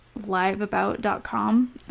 liveabout.com